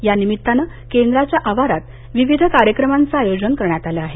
यानिमित्तानं केंद्राच्या आवारात विविध कार्यक्रमाचं आयोजन करण्यात आलं आहे